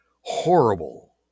horrible